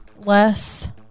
less